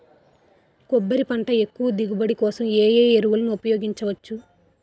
కొబ్బరి పంట ఎక్కువ దిగుబడి కోసం ఏ ఏ ఎరువులను ఉపయోగించచ్చు?